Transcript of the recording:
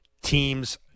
teams